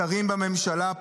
שרים בממשלה,